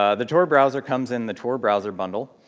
ah the tor browser comes in the tor browser bundle,